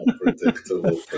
Predictable